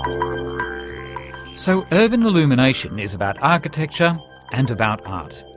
um so urban illumination is about architecture and about art.